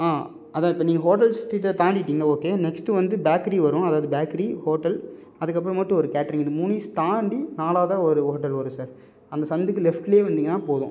ஆ அதான் நீங்கள் இப்போ ஹோட்டல் ஸ்ட்ரீட்டை தாண்டிவிட்டீங்க ஓகே நெக்ஸ்ட்டு வந்து பேக்கரி வரும் அதாவது பேக்கரி ஹோட்டல் அதுக்கப்புறமேட்டு ஒரு தியேட்ரு இது மூணையும் தாண்டி நாலாவதாக ஒரு ஹோட்டல் வரும் சார் அந்த சந்துக்கு லெஃப்ட்ல வந்திங்கன்னா போதும்